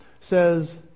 says